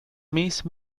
miss